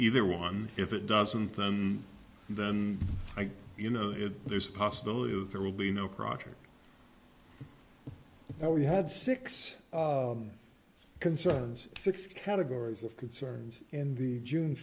either one if it doesn't them then you know there's a possibility that there will be no project now we had six concerns six categories of concerns in the june